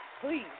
please